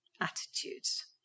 attitudes